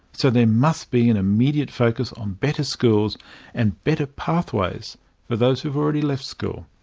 so there must be an immediate focus on better schools and better pathways for those who have already left school.